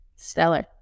Stellar